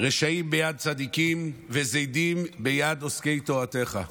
רשעים ביד צדיקים וזדים ביד עוסקי תורתך".